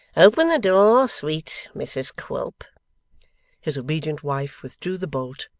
open the door, sweet mrs quilp his obedient wife withdrew the bolt,